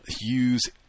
use